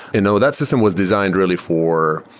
you know that system was designed really for,